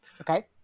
Okay